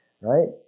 right